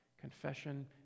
confession